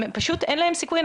פשוט אין להם סיכוי.